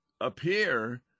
appear